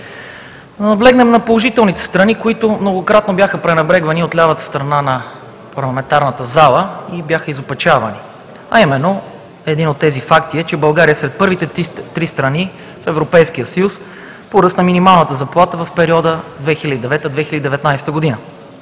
да наблегнем на положителните страни, които многократно бяха пренебрегвани от лявата страна на парламентарната зала и бяха изопачавани. Именно един от тези факти е, че България е сред първите три страни в Европейския съюз по ръст на минималната заплата в периода 2009 – 2019 г.,